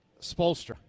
Spolstra